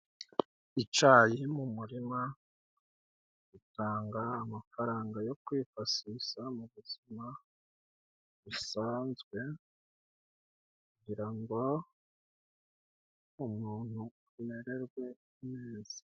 Icayi mu murima gitanga amafaranga yo kwifashisha mu buzima busanzwe kugira ngo umuntu amerwe neza.